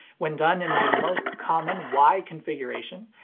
when done in the most common wye configuration,